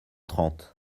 trente